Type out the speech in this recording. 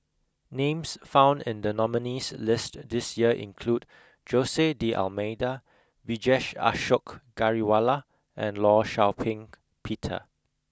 names found in the nominees' list this year include Jose D'almeida Vijesh Ashok Ghariwala and Law Shau Ping Peter